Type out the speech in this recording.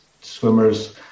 swimmers